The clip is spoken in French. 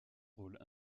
rôle